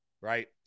Right